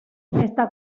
está